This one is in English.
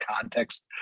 context